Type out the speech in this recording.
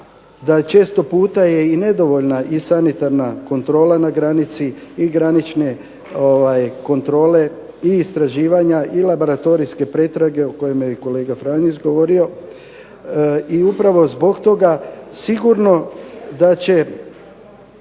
je često puta i nedovoljna i sanitarna kontrola na granici i granične kontrole, istraživanja i laboratorijske pretrage o kojima je kolega Franić govorio. I upravo zbog toga sigurno da će